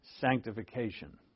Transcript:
sanctification